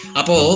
apo